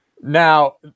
Now